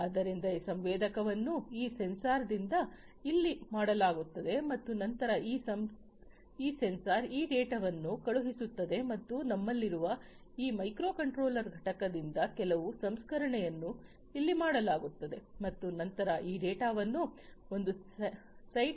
ಆದ್ದರಿಂದ ಈ ಸಂವೇದಕವನ್ನು ಈ ಸೆನ್ಸಾರ್ದಿಂದ ಇಲ್ಲಿ ಮಾಡಲಾಗುತ್ತದೆ ಮತ್ತು ನಂತರ ಈ ಸೆನ್ಸಾರ್ ಈ ಡೇಟಾವನ್ನು ಕಳುಹಿಸುತ್ತದೆ ಮತ್ತು ನಮ್ಮಲ್ಲಿರುವ ಈ ಮೈಕ್ರೊಕಂಟ್ರೋಲರ್ ಘಟಕದಿಂದ ಕೆಲವು ಸಂಸ್ಕರಣೆಯನ್ನು ಇಲ್ಲಿ ಮಾಡಲಾಗುತ್ತದೆ ಮತ್ತು ನಂತರ ಈ ಡೇಟಾವನ್ನು ಒಂದು ಸೈಟ್ನಿಂದ ಮತ್ತೊಂದು ಸೈಟ್ಗೆ ಕಳುಹಿಸಲಾಗುತ್ತದೆ